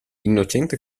innocente